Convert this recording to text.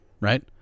right